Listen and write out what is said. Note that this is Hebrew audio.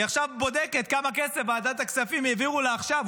עכשיו היא בודקת כמה כסף ועדת הכספים העבירו לה עכשיו,